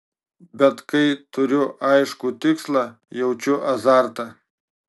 bet kai turiu aiškų tikslą jaučiu azartą